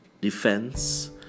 defense